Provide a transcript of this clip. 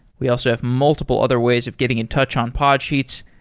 we also have multiple other ways of getting in touch on podsheets.